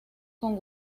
con